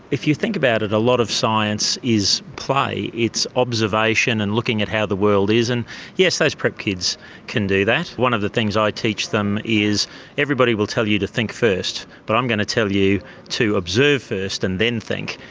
if you think about it, a lot of science is play, it's observation and looking at how the world is. and yes, those prep kids can do that. one of the things i teach them is everybody will tell you to think first, but i'm going to tell you to observe first and then think.